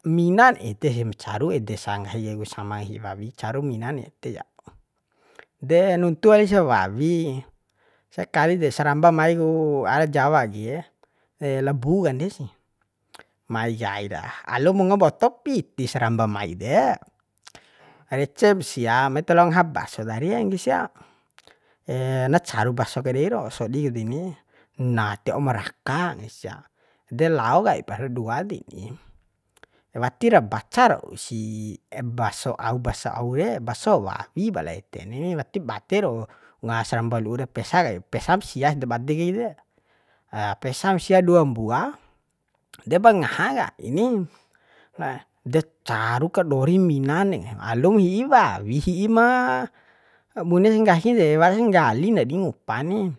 Minan ede sih ma caru ede sa nggahi kai ku sama hi'i wawi caru minan ede jap de nuntu wali sa wawi sakali desaramba mai ku ara jawa ke la bu kande sih mai kaira alu mu unga mboto piti saramba mai de recem sia mai talao ngaha baso ta ariee nggahi sia na caru baso ke dei ro sodik deni nae tiwaumu raka nggahi sia de lao kaipra dua deni wati ra baca rausi baso au baso auke baso wawi pala ede ni wati bade rau unga saramba lu'u de pesa kai pesam sia dabade kai de pesam sia dua mbua depar ngaha kai ni de caru kadori minane nggahim alum hi'i wawi hi'i ma bunes nggahi de waras nggahin di ngupa ni